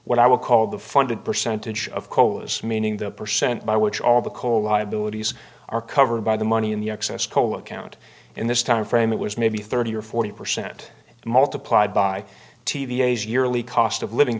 what i will call the funded percentage of colas meaning the percent by which all the coal liabilities are covered by the money in the excess coal account in this time frame it was maybe thirty or forty percent multiplied by t v s yearly cost of living